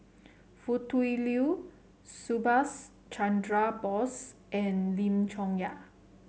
Foo Tui Liew Subhas Chandra Bose and Lim Chong Yah